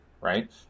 right